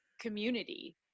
community